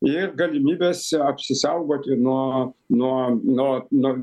ir galimybes apsisaugoti nuo nuo nuo nuo